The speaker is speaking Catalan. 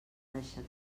deixat